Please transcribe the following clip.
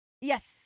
Yes